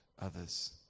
others